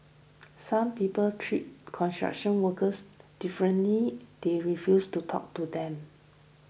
some people treat construction workers differently they refuse to talk to them